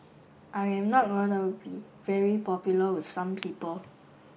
I am not going to be very popular with some people